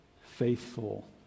faithful